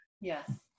Yes